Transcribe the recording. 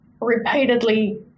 repeatedly